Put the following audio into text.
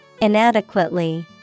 Inadequately